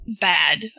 bad